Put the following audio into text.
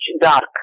dark